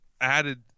added